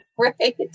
Right